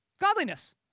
godliness